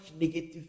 negative